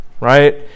right